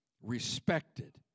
respected